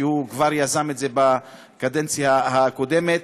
שהוא כבר יזם את זה בקדנציה הקודמת,